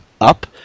up